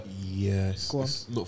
Yes